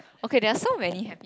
okay they are so many happy moments